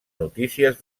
notícies